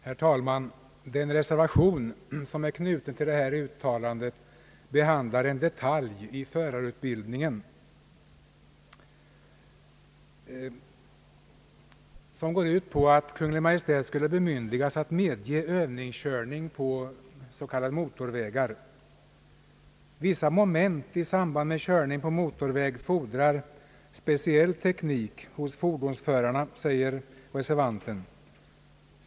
Herr talman! Den reservation som är knuten till detta utlåtande behandlar en detalj i förarutbildningen som går ut på att Kungl. Maj:t skulle bemyndigas att medge övningskörning på s.k. motorvägar, Vissa moment i samband med körning på motorväg fordrar speciell teknik hos fordonsförarna, säger reservanten.